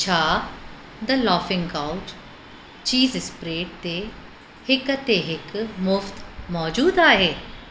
छा the laughing couch cheese spread ते हिक ते हिकु मुफ़्त मौजूदु आहे